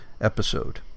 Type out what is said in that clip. episode